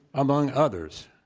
among others,